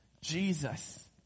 Jesus